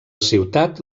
ciutat